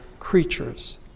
creatures